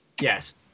Yes